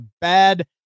bad